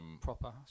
Proper